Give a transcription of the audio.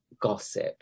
gossip